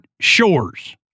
shores